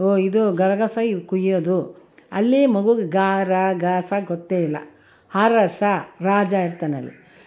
ಓ ಇದು ಗರಗಸ ಇದು ಕುಯ್ಯೋದು ಅಲ್ಲಿ ಮಗುಗೆ ಗರಗಸ ಗೊತ್ತೇ ಇಲ್ಲ ಅರಸ ರಾಜ ಇರ್ತಾನಲ್ಲಿ